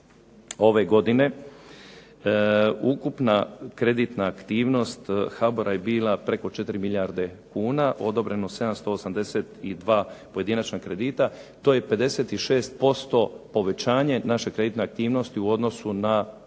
ove godine ukupna kreditna aktivnost HBOR-a je bila preko 4 milijarde kuna, odobreno 782 pojedinačna kredita, to je 56% povećanje naše kreditne aktivnosti u odnosu na